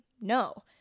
No